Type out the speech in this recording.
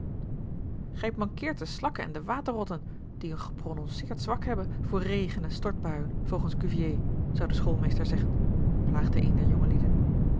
gij mankeert de slakken en de waterrotten die een geprononceerd zwak hebben voor regen en stortbuien volgens cuvier zou de schoolmeester zeggen plaagde een der jongelieden